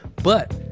but,